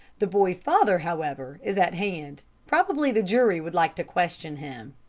the boy's father, however, is at hand. probably the jury would like to question him.